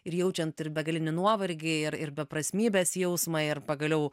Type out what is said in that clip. ir jaučiant ir begalinį nuovargį ir ir beprasmybės jausmą ir pagaliau